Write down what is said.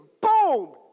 boom